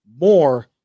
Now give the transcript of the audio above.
more